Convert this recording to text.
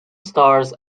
stars